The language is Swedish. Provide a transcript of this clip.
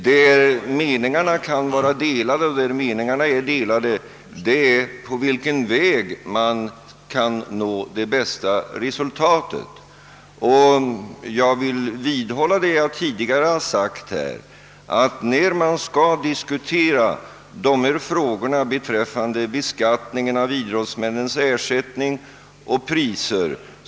Vad man kan ha delade meningar om är på vilken väg vi når det bästa resultatet. Jag vidhåller vad jag tidigare har sagt här att man bör hålla de s.k. amatörreglerna utanför när man diskuterar beskattningen av idrottsmännens ersättningar och priser.